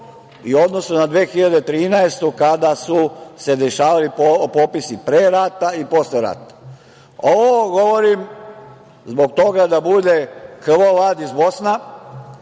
u odnosu na 2013. godinu kada su se dešavali popisi pre rata i posle rata. Ovo govorim zbog toga da bude „quo vadis“ Bosna,